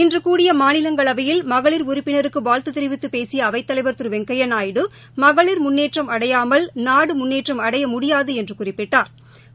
இன்று கூடிய மாநிலங்களவையில் மகளிர் உறுப்பினருக்குவாழ்த்ததெரிவித்தபேசியஅவைத்தலைவர் மகளிர் திருவெங்கையாநாய்புடு முன்னேற்றம் புடியாமல் நாடுமுன்னேற்றம் அடையமுடியாதுஎன்றுகுறிப்பிட்டாா்